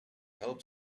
helped